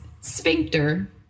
sphincter